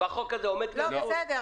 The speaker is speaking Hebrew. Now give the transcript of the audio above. בחוק הזה עומדת לי הזכות?